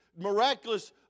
miraculous